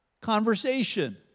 conversation